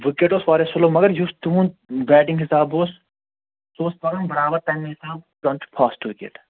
wicket اوس واریاہ slow مگر تُہنٛد بیٹِنگ حِسابہٕ اوس سُہ اوس کران برابر تٔمہِ حِسابہٕ زَن چھُ فاسٹ وِکیٚٹ